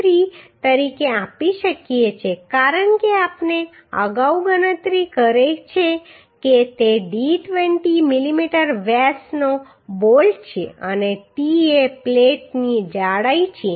53 તરીકે આપી શકીએ છીએ કારણ કે આપણે અગાઉ ગણતરી કરી છે કે d 20 mm વ્યાસનો બોલ્ટ છે અને t એ પ્લેટની જાડાઈ છે